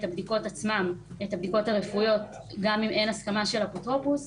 הבדיקות הרפואיות עצמן גם אם אין הסכמה של אפוטרופוס,